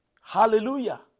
Hallelujah